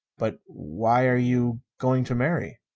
but why are you going to marry?